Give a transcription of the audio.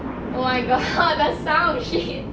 oh my god the sound shit